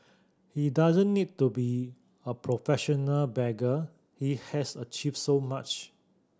he doesn't need to be a professional beggar he has achieved so much